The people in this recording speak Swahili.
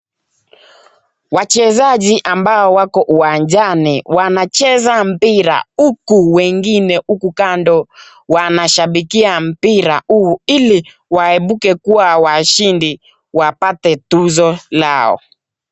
Wachezaji ambao wako uwanjani wanacheza mpira, huku wengine huku kando wanashabikia mpira huo ili waibuke kuwa washindi na wapate tuzo lao.